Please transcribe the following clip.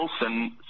Wilson